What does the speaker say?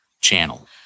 channel